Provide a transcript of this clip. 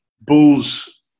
Bulls